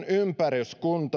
ympäryskunnat